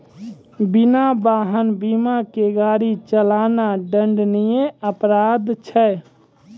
बिना वाहन बीमा के गाड़ी चलाना दंडनीय अपराध छै